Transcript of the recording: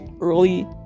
early